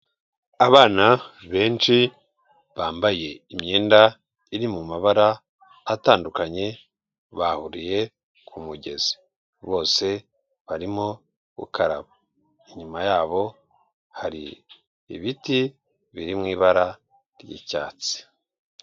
Abana benshi, bambaye imyenda iri mu mabara atandukanye, bahuriye ku mugezi. Bose barimo gukaraba. Inyuma yabo hari ibiti biri mu ibara ry'icyatsi.